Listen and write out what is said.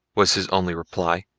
was his only reply,